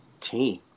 team